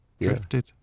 Drifted